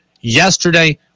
Yesterday